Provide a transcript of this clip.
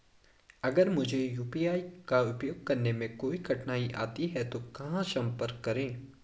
अगर मुझे यू.पी.आई का उपयोग करने में कोई कठिनाई आती है तो कहां संपर्क करें?